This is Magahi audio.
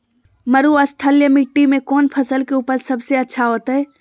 मरुस्थलीय मिट्टी मैं कौन फसल के उपज सबसे अच्छा होतय?